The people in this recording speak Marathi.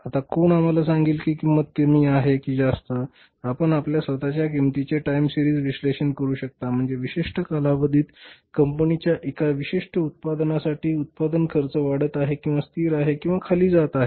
आता कोण आम्हाला सांगेल की किंमत कमी आहे की जास्त आपण आपल्या स्वत च्या किंमतीचे टाइम सिरीज़ विश्लेषण करू शकता म्हणजे विशिष्ट कालावधीत कंपनीच्या एका विशिष्ट उत्पादनासाठी उत्पादन खर्च वाढत आहे किंवा स्थिर आहे किंवा खाली जात आहे